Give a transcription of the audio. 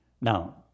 Now